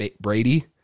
Brady